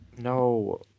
No